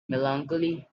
melancholy